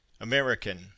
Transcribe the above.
American